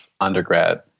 undergrad